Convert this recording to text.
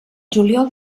juliol